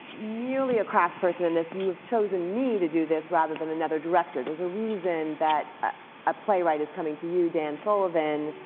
merely a crass person in this. you have chosen me to do this rather than another director. there's a reason that ah a playwright is coming to you, dan sullivan,